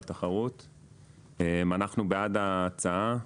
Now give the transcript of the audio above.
אנחנו בעד ההצעה,